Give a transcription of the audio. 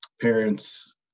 parents